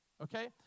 Okay